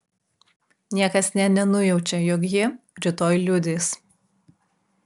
niekas nė nenujaučia jog ji rytoj liudys